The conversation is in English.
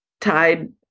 tied